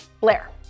Blair